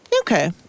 Okay